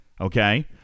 okay